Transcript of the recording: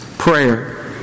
Prayer